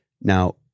Now